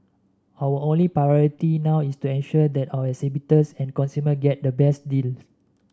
our only priority now is ensure that our exhibitors and consumers get the best deal